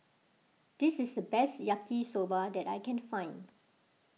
this is the best Yaki Soba that I can find